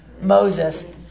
moses